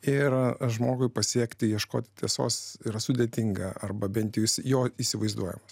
ir žmogui pasiekti ieškoti tiesos yra sudėtinga arba bent jo įsivaizduojamą